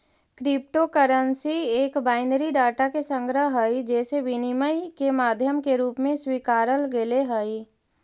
crypto currency एक binary data के संग्रह हइ जेसे विनिमय के माध्यम के रूप में स्वीकारल गेले हइ